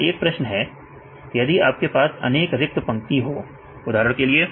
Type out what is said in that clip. मेरा एक प्रश्न है यदि आपके पास अनेक रिक्त पंक्ति हो उदाहरण के लिए